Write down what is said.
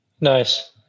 Nice